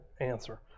answer